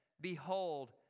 Behold